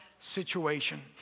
situation